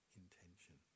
intention